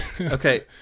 okay